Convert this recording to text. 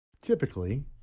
typically